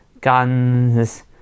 guns